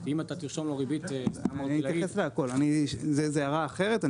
כי אם אתה תרשום לו ריבית כללית זו הערה אחרת,